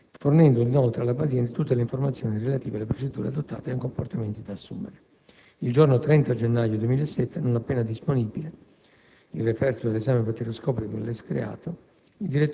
fornendo inoltre alla paziente tutte le informazioni relative alle procedure adottate e ai comportamenti da assumere. Il giorno 30 gennaio 2007, non appena disponibile il referto dell'esame batterioscopico dell'escreato,